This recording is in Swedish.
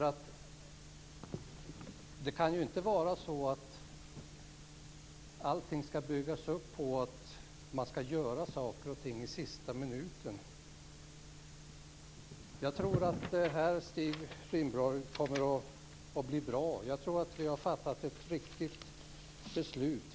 Allting skall väl inte bygga på att saker och ting görs i sista minuten. Jag tror, herr Stig Rindborg, att det här kommer att bli bra och att det är ett riktigt beslut.